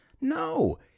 No